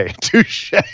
touche